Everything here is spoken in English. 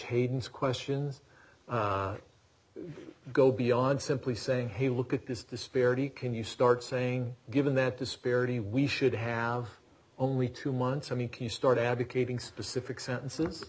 hayden's questions go beyond simply saying hey look at this disparity can you start saying given that disparity we should have only two months i mean you start advocating specific sentences